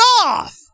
off